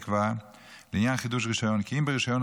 נקבע לעניין חידוש רישיון כי אם ברישיון